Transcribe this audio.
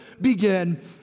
Begin